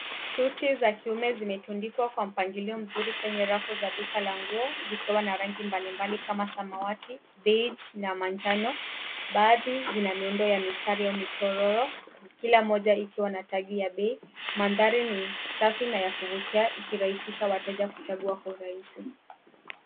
Suti za kiume zimetundikwa kwa mpangilio mzuri kwenye rafu za duka la nguo zikiwa na rangi mbalimbali kama samawati, beige na manjano. Baadhi zina miundo ya mistari na michororo kila moja ikiwa na tagi ya bei. Mandhari ni safi na ya kuvutia ikirahisisha wateja kuchagua kwa urahisi.